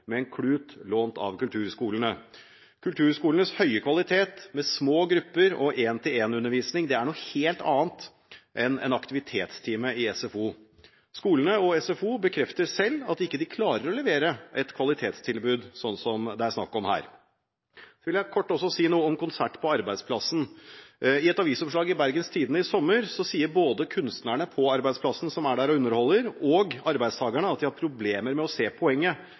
med en klut lånt av kulturskolene. Kulturskolenes høye kvalitet, med små grupper og én-til-én-undervisning, er noe helt annet enn en aktivitetstime i SFO. Skolene og SFO bekrefter selv at de ikke klarer å levere et slikt kvalitetstilbud som det her er snakk om. Jeg vil også kort si noe om Konsert på jobben. I et avisoppslag i Bergens Tidende i sommer sa både kunstnerne på arbeidsplassen som er der og underholder, og arbeidstakerne at de har problemer med å se poenget.